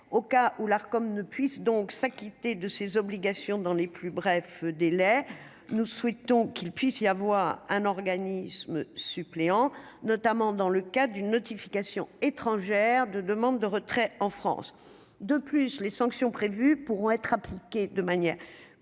au cas où l'art comme ne puisse donc s'acquitter de ses obligations dans les plus brefs délais, nous souhaitons qu'il puisse y avoir un organisme suppléant, notamment dans le cas d'une notification étrangères de demandes de retrait en France, de plus, les sanctions prévues pourront être appliquées de manière